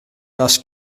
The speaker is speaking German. dass